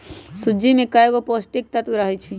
सूज्ज़ी में कएगो पौष्टिक तत्त्व रहै छइ